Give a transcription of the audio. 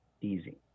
easy